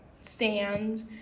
stand